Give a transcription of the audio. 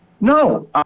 no